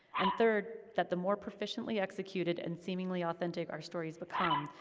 and third, that the more proficiently executed, and seemingly authentic our stories become,